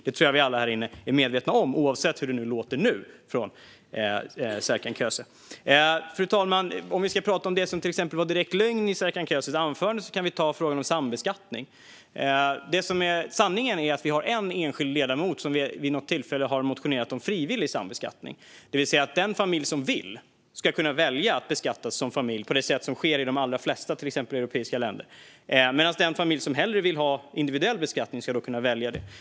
Det är vi alla medvetna om, oavsett hur det låter nu från Serkan Köse. Fru talman! Låt oss tala om det som var direkt lögn i Serkan Köses anförande, till exempel frågan om sambeskattning. Sanningen är att det är en enskild ledamot som vid något tillfälle har motionerat om frivillig sambeskattning, det vill säga att den familj som vill ska kunna välja att beskattas som familj på det sätt som sker i de allra flesta europeiska länder, men den familj som hellre vill ha individuell beskattning ska kunna välja det.